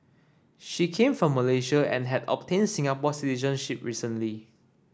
she came from Malaysia and had obtained Singapore ship recently